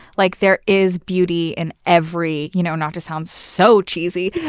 like there is beauty in every, you know not to sound so cheesy,